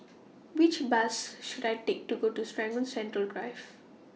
Which Bus should I Take to Serangoon Central Drive